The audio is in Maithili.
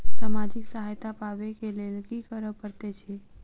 सामाजिक सहायता पाबै केँ लेल की करऽ पड़तै छी?